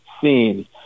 seen